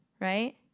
right